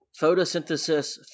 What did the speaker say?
photosynthesis